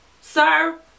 sir